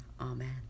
Amen